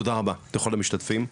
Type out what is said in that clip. תודה רבה לכל המשתתפים,